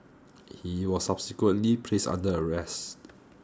he was subsequently placed under arrest